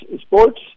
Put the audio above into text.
sports